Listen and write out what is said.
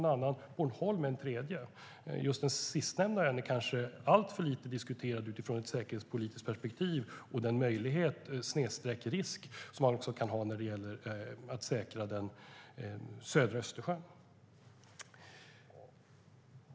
Tre exempel är Åland, Gotland och Bornholm. Den sistnämnda ön är kanske alltför lite diskuterad utifrån ett säkerhetspolitiskt perspektiv och vad gäller den möjlighet/risk man kan ha när det gäller att säkra södra Östersjön.